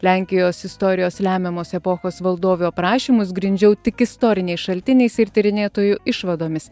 lenkijos istorijos lemiamos epochos valdovių aprašymus grindžiau tik istoriniais šaltiniais ir tyrinėtojų išvadomis